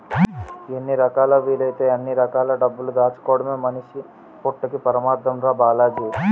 ఎన్ని రకాలా వీలైతే అన్ని రకాల డబ్బులు దాచుకోడమే మనిషి పుట్టక్కి పరమాద్దం రా బాలాజీ